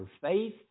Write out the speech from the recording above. faith